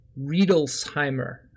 Riedelsheimer